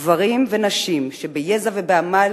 גברים ונשים, שביזע ובעמל